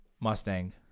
mustang